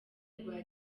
rwa